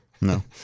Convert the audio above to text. No